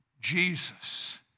Jesus